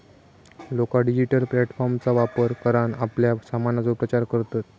लोका डिजिटल प्लॅटफॉर्मचा वापर करान आपल्या सामानाचो प्रचार करतत